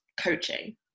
coaching